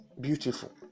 beautiful